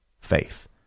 faith